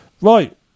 right